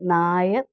Nair